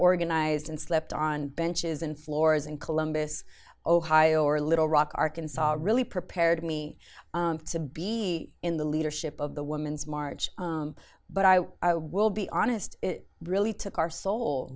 organized and slept on benches and floors in columbus ohio or little rock arkansas really prepared me to be in the leadership of the women's march but i will be honest it really took our soul